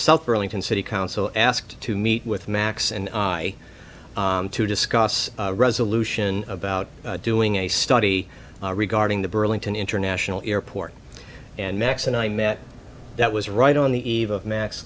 south burlington city council asked to meet with max and i to discuss resolution about doing a study regarding the burlington international airport and next and i met that was right on the eve of max